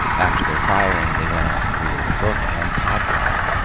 after their firing, they went on to create a book and podcast,